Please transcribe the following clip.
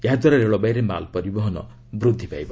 ଏହାଦ୍ୱାରା ରେଳବାଇରେ ମାଲ୍ ପରିବହନ ବୃଦ୍ଧି ପାଇବ